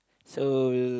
so